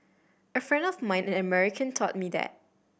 a friend of mine an American taught me that